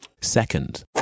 Second